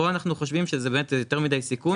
פה אנחנו חושבים שזה באמת יותר מדי סיכון.